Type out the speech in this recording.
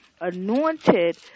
anointed